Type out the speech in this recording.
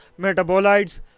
metabolites